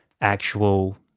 actual